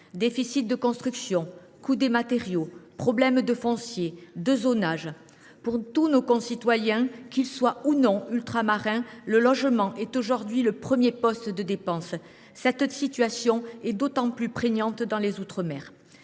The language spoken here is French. déficit de constructions, coût des matériaux, problème de foncier et de zonage, etc. Pour tous nos concitoyens, qu’ils soient ou non ultramarins, le logement est aujourd’hui le premier poste de dépenses. Cette situation est d’autant plus prégnante dans les outre mer.